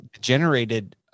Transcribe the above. generated